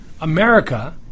America